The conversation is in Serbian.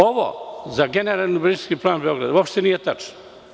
Ovo za generalni urbanistički plan Beograda uopšte nije tačno.